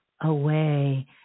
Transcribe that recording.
away